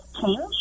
change